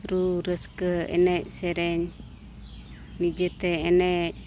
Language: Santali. ᱨᱩ ᱨᱟᱹᱥᱠᱟᱹ ᱮᱱᱮᱡᱼᱥᱮᱨᱮᱧ ᱱᱤᱡᱮᱛᱮ ᱮᱱᱮᱡ